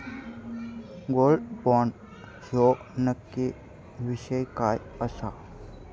Gold bond ह्यो नक्की विषय काय आसा?